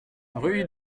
rue